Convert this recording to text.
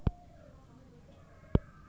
উন্নত মানের মটর মটরশুটির নাম?